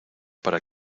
para